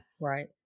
Right